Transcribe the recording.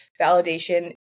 validation